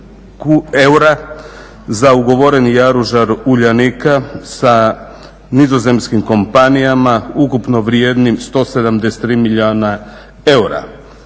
za ugovoreni jaružar Uljanika sa nizozemskim kompanijama ukupno vrijednim 173 milijuna eura.